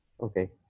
okay